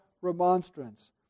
Remonstrance